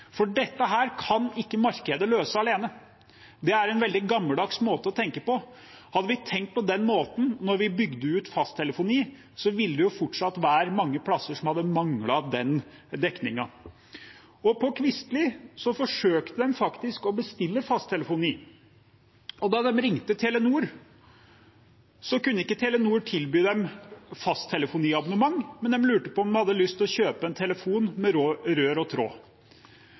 Dette kan ikke markedet løse alene. Det er en veldig gammeldags måte å tenke på. Hadde vi tenkt på den måten da vi bygde ut fasttelefoni, ville det fortsatt vært mange steder som manglet den dekningen. På Kvistli forsøkte man å bestille fasttelefoni. Da de ringte Telenor, kunne ikke de tilby dem fasttelefoniabonnement, men de lurte på om de hadde lyst til å kjøpe en telefon med rør og